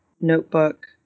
notebook